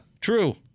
true